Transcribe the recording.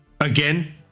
Again